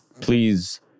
Please